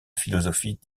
philosophies